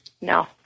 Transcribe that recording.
No